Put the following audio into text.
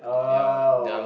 oh